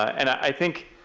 and i think,